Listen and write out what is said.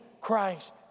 Christ